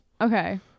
Okay